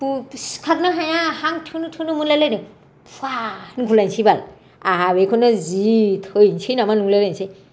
सिखारनो हाया हां थोनो थोनो मोनलाय लायदों फुवा होनगुलायनोसै बाल आंहा बेखौनो जि थैनोसै नामा नंलाय लायसै